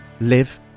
live